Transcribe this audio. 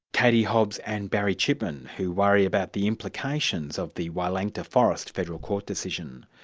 katie hobbs and barry chipman, who worry about the implications of the wielangta forest federal court decision.